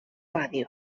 ràdio